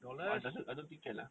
I don't I don't think can lah